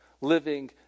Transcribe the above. living